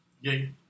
Yay